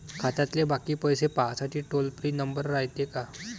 खात्यातले बाकी पैसे पाहासाठी टोल फ्री नंबर रायते का?